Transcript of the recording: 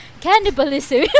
cannibalism